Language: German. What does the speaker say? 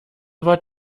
war